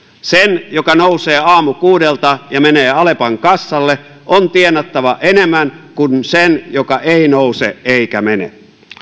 sen joka nousee aamukuudelta ja menee alepan kassalle on tienattava enemmän kuin sen joka ei nouse eikä mene